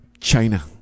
China